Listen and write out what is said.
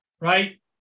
right